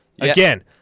again